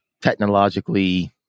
technologically